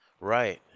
right